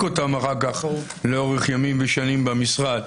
אותם אחר כך לאורך ימים ושנים במשרד.